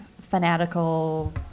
fanatical